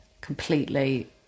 completely